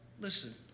listen